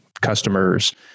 customers